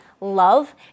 love